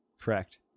correct